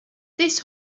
this